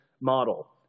model